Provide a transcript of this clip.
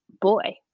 boy